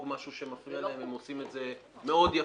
משהו שמפריע להם הם עושים את זה מאוד יפה.